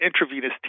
intravenous